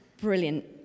Brilliant